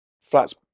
flat's